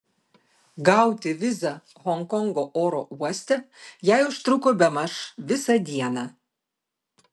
gauti vizą honkongo oro uoste jai užtruko bemaž visą dieną